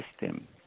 system